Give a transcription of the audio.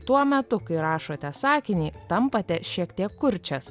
tuo metu kai rašote sakinį tampate šiek tiek kurčias